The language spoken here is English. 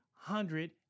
Hundred